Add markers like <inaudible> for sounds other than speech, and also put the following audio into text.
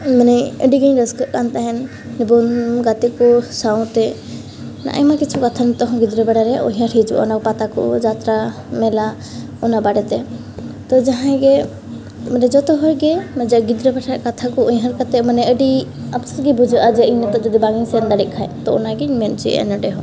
ᱢᱟᱱᱮ ᱟᱹᱰᱤᱜᱮᱧ ᱨᱟᱹᱥᱠᱟᱹᱜ ᱠᱟᱱ ᱛᱟᱦᱮᱱ <unintelligible> ᱜᱟᱛᱮᱠᱚ ᱥᱟᱶᱛᱮ ᱟᱭᱢᱟ ᱠᱤᱪᱷᱩ ᱠᱟᱛᱷᱟ ᱱᱤᱛᱚᱜᱦᱚᱸ ᱜᱤᱫᱽᱨᱟᱹ ᱵᱮᱲᱟ ᱨᱮᱭᱟᱜ ᱩᱭᱦᱟᱹᱨ ᱦᱤᱡᱩᱜᱼᱟ ᱚᱱᱟ ᱯᱟᱛᱟᱠᱚ ᱡᱟᱛᱨᱟ ᱢᱮᱞᱟ ᱚᱱᱟ ᱵᱟᱨᱮᱛᱮ ᱛᱚ ᱡᱟᱦᱟᱸᱭ ᱜᱮ ᱱᱤᱡᱮᱛᱮ ᱦᱚᱸᱭ ᱜᱮ ᱜᱤᱫᱽᱨᱟᱹ ᱠᱟᱛᱷᱟᱠᱚ ᱩᱭᱦᱟᱹᱨ ᱠᱟᱛᱮ ᱢᱟᱱᱮ ᱟᱹᱰᱤ ᱟᱯᱥᱳᱥ ᱜᱮ ᱵᱩᱡᱷᱟᱹᱜᱼᱟ ᱡᱮ ᱤᱧ ᱱᱤᱛᱚᱜ ᱡᱩᱫᱤ ᱵᱟᱝ ᱤᱧ ᱥᱮᱱ ᱫᱟᱲᱮᱜ ᱠᱷᱟᱡ ᱛᱚ ᱚᱱᱟᱜᱮᱧ ᱢᱮᱱ ᱚᱪᱚᱭᱮᱫᱟ ᱱᱚᱰᱮ ᱦᱚᱸ